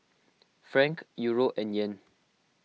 Franc Euro and Yen